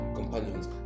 companions